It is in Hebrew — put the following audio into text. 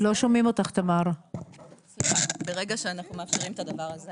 ברגע שאנחנו מאפשרים את הדבר הזה,